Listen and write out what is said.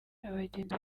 abagenzi